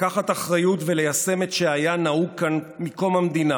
לקחת אחריות וליישם את שהיה נהוג כאן מקוֹם המדינה,